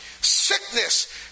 sickness